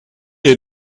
est